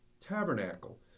tabernacle